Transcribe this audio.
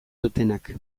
dutenak